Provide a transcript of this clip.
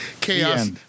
Chaos